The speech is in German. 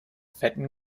fetten